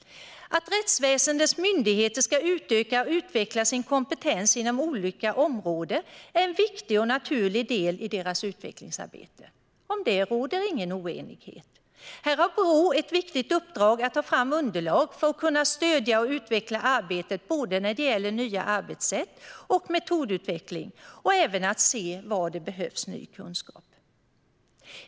Att rättsväsendets myndigheter ska utöka och utveckla sin kompetens inom olika områden är en viktig och naturlig del i deras utvecklingsarbete. Om det råder ingen oenighet. Här har Brå ett viktigt uppdrag att ta fram underlag för att kunna stödja och utveckla arbetet både när det gäller nya arbetssätt och metodutveckling och när det gäller att se var det behövs ny kunskap.